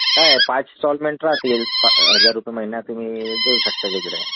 नाही पाच स्टॉलमेंट राहतील पा हजार रुपये महिना तुम्ही देऊ शकता वेगळे